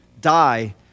die